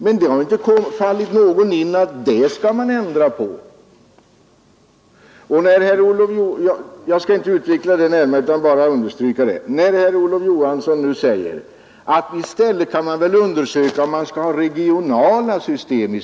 Men det har inte fallit någon in att föreslå att vi skall ändra på det. Herr Olof Johansson föreslår att vi skall undersöka om man inte i stället skall ha regionala system.